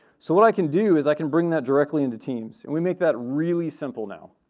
so what i can do is i can bring that directly into teams and we make that really simple now.